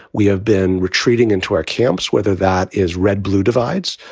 we have been retreating into our camps. whether that is red, blue divides,